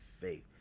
faith